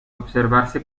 observarse